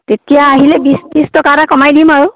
তেতিয়া আহিলে বিশ ত্ৰিছ টকা এটা কমাই দিম আৰু